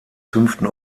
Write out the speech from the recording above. fünften